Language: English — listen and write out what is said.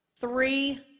three